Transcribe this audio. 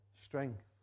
strength